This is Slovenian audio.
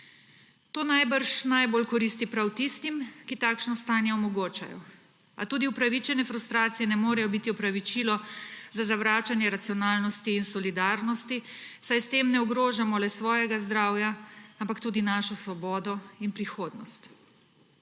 To najbrž najbolj koristi prav tistim, ki takšno stanje omogočajo, a tudi upravičene frustracije ne morejo biti opravičilo za zavračanje racionalnosti in solidarnosti, saj s tem ne ogrožamo le svojega zdravja, ampak tudi našo svobodo in prihodnost.